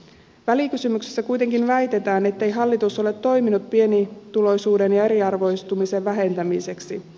välikysymyksessä kuitenkin väitetään ettei hallitus ole toiminut pienituloisuuden ja eriarvoistumisen vähentämiseksi